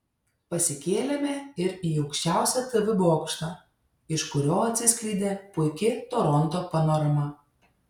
pasikėlėme ir į aukščiausią tv bokštą iš kurio atsiskleidė puiki toronto panorama